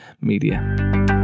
media